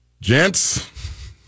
Gents